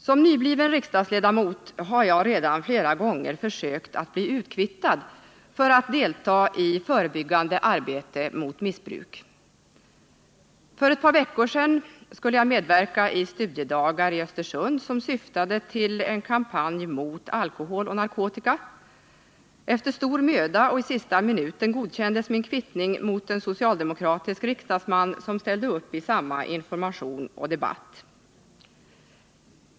Som nybliven riksdagsledamot har jag redan flera gånger försökt att bli utkvittad för att kunna delta i förebyggande arbete mot missbruk. För ett par veckor sedan skulle jag medverka i studiedagar i Östersund som syftade till en kampanj mot alkohol och narkotika. Efter stor möda och i sista minuten godkändes min kvittning mot en socialdemokratisk riksdagsman som ställde upp i samma information och debatt.